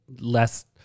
less